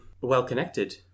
well-connected